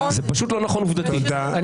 עובדתית זה פשוט לא נכון.